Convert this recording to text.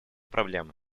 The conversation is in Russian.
проблемы